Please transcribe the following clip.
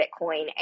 Bitcoin